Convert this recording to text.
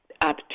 up